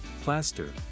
plaster